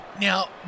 Now